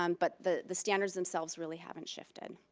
um but the the standards themselves, really haven't shifted,